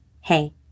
Hey